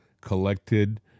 collected